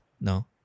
No